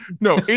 No